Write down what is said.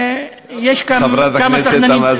חברת הכנסת תמר זנדברג.